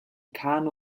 kanu